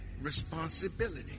responsibility